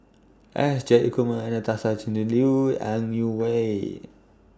S Jayakumar Anastasia Tjendri Liew and Ang Wei Neng